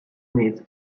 needs